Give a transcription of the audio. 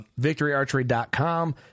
Victoryarchery.com